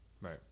Right